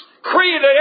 created